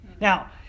Now